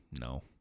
No